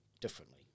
differently